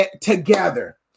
together